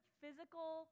physical